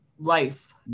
life